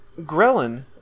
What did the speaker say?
Ghrelin